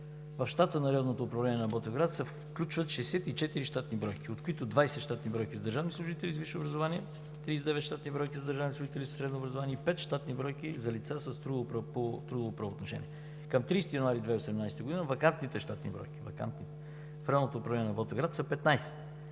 в щата на Районното управление на МВР – Ботевград, се включват 64 щатни бройки, от които 20 щатни бройки са за държавни служители с висше образование, 39 щатни бройки за държавни служители със средно образование и 5 щатни бройки за лица по трудово правоотношение. Към 30 януари 2018 г. вакантните щатни бройки в Районното управление в Ботевград са 15,